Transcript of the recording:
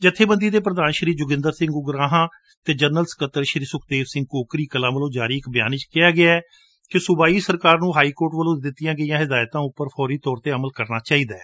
ਜੱਬੇਬੰਦੀ ਦੇ ਪ੍ਰਧਾਨ ਸ਼੍ਰੀ ਜਪਿੰਦਰ ਸਿੰਘ ਉਗਾਹਾਂ ਅਤੇ ਜਨਰਲ ਸਕੱਤਰ ਸ਼੍ਰੀ ਸੁਖਦੇਵ ਸਿੰਘ ਕਾਕਰੀ ਕਲਾਂ ਵੱਲੋਂ ਜਾਰੀ ਇਕ ਬਿਆਨ ਵਿੱਚ ਕਿਹਾ ਗੈੈ ਕਿ ਸੂਬਾਈ ਸਰਕਾਰ ਨੂੰ ਗਰਾਂਟਾਂ ਹਾਈਕੋਰਟ ਵੱਲੋ ਦਿੱਤੀਆਂ ਗਈਆਂ ਹਿਦਾਇਤਾਂ ਉੱਪਰ ਫੋਰੀ ਤੌਰ ਤੇ ਅਮਲ ਕਰਣਾ ਚਾਹੀਦਾ ਹੈ